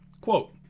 quote